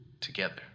Together